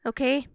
Okay